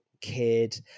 kid